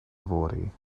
yfory